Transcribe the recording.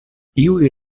iuj